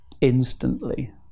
instantly